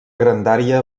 grandària